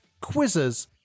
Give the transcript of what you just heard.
quizzes